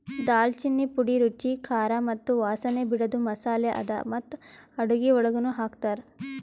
ದಾಲ್ಚಿನ್ನಿ ಪುಡಿ ರುಚಿ, ಖಾರ ಮತ್ತ ವಾಸನೆ ಬಿಡದು ಮಸಾಲೆ ಅದಾ ಮತ್ತ ಅಡುಗಿ ಒಳಗನು ಹಾಕ್ತಾರ್